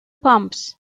pumps